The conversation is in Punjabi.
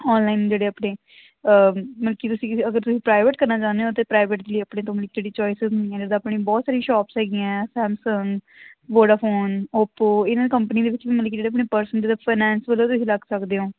ਆਨਲਾਈਨ ਜਿਹੜੇ ਆਪਣੇ ਮਲ ਕਿ ਤੁਸੀਂ ਅਗਰ ਤੁਸੀਂ ਪ੍ਰਾਈਵੇਟ ਕਰਨਾ ਚਾਹੁੰਦੇ ਹੋ ਤਾਂ ਪ੍ਰਾਈਵੇਟ ਲਈ ਆਪਣੇ ਤੋਂ ਮਲ ਜਿਹੜੀ ਚੋਇਸਸ ਹੁੰਦੀਆਂ ਜਿੱਦਾਂ ਆਪਣੀ ਬਹੁਤ ਸਾਰੀ ਸ਼ੋਪਸ ਹੈਗੀਆਂ ਸੈਮਸੰਗ ਵੋਡਾਫੋਨ ਓਪੋ ਇਹਨਾਂ ਕੰਪਨੀ ਦੇ ਵਿੱਚ ਵੀ ਮਲ ਕਿ ਜਿਹੜੇ ਆਪਣੇ ਪਰਸਨ ਜਿੱਦਾਂ ਫਾਇਨਾਂਸ ਵਗੈਰਾ ਤੁਸੀੰ ਲੱਗ ਸਕਦੇ ਹੋ